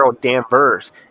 Danvers